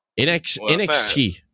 nxt